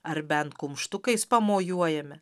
ar bent kumštukais pamojuojame